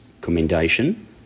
Commendation